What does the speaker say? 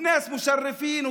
כאנשים מכובדים,